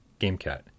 GameCat